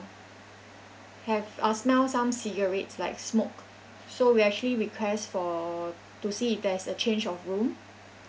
have uh smell some cigarettes like smoke so we actually request for to see if there's a change of room